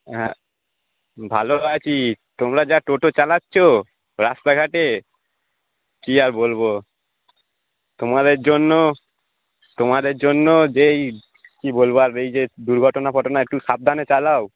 হ্যাঁ ভালো আছি তোমরা যা টোটো চালাচ্ছ রাস্তাঘাটে কী আর বলবো তোমাদের জন্য তোমাদের জন্য যেই কী বলবো আর এই যে দুর্ঘটনা ফটনা একটু সাবধানে চালাও